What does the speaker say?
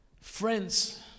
Friends